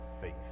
faith